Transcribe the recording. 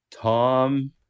Tom